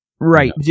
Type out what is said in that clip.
Right